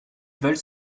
veulent